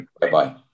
bye-bye